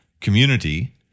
community